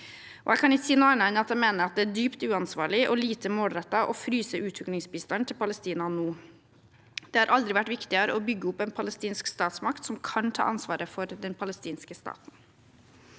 jeg mener det er dypt uansvarlig og lite målrettet å fryse utviklingsbistanden til Palestina nå. Det har aldri vært viktigere å bygge opp en palestinsk statsmakt som kan ta ansvaret for den palestinske staten.